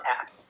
app